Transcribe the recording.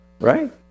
Right